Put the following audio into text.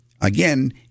Again